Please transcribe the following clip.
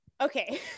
Okay